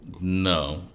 No